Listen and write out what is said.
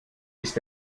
ist